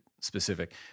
specific